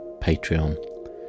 Patreon